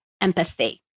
empathy